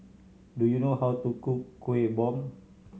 do you know how to cook Kueh Bom